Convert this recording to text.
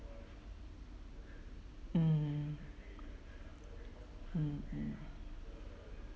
mm mmhmm